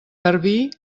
garbí